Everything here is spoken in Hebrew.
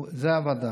זו הוועדה.